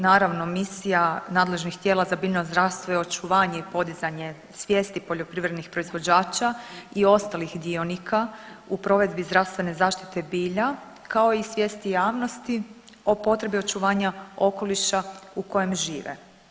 Naravno, misija nadležnih tijela za biljno zdravstvo je očuvanje i poduzimanje svijesti poljoprivrednih proizvođača i ostalih dionika u provedbi zdravstvene zaštite bilja kao i svijesti javnosti o potrebi očuvanja okoliša u kojem žive.